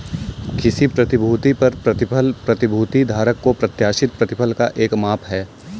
किसी प्रतिभूति पर प्रतिफल प्रतिभूति धारक को प्रत्याशित प्रतिफल का एक माप है